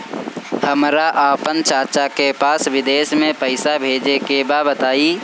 हमरा आपन चाचा के पास विदेश में पइसा भेजे के बा बताई